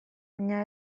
baina